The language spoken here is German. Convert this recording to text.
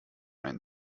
einen